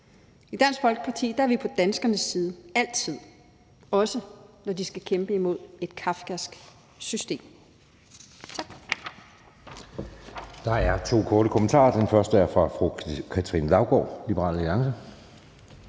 I Dansk Folkeparti er vi på danskernes side – altid – også når de skal kæmpe imod et kafkask system.